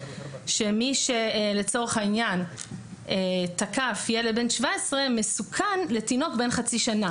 שמי שלצורך העניין תקף ילד בן 17 הוא מסוכן לתינוק בן חצי שנה.